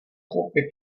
koupi